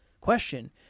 question